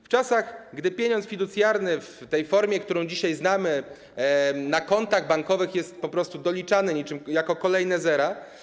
W czasach, gdy pieniądz fiducjarny w tej formie, którą dzisiaj znamy, na kontach bankowych jest po prostu doliczany w postaci kolejnych zer,